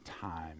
time